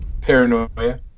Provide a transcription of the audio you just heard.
Paranoia